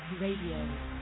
Radio